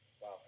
Wow